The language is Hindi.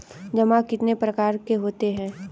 जमा कितने प्रकार के होते हैं?